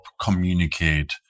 communicate